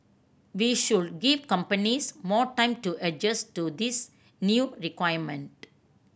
we should give companies more time to adjust to this new requirement